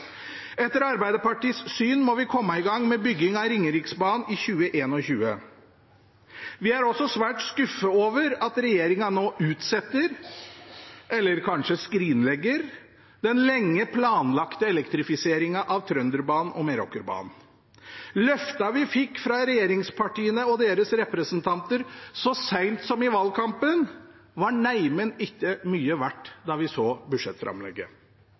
Etter Arbeiderpartiets syn må vi komme i gang med byggingen av Ringeriksbanen i 2021. Vi er også svært skuffet over at regjeringen nå utsetter – eller kanskje skrinlegger – den lenge planlagte elektrifiseringen av Trønderbanen og Meråkerbanen. Løftene vi fikk fra regjeringspartiene og deres representanter så seint som i valgkampen, var neimen ikke mye verdt da vi så budsjettframlegget.